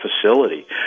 facility